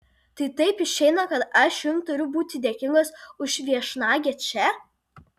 tai taip išeina kad aš jums turiu būti dėkingas už viešnagę čia